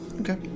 okay